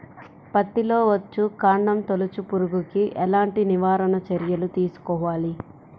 పత్తిలో వచ్చుకాండం తొలుచు పురుగుకి ఎలాంటి నివారణ చర్యలు తీసుకోవాలి?